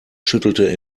schüttelte